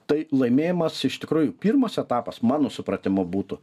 tai laimėjimas iš tikrųjų pirmas etapas mano supratimu būtų